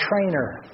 trainer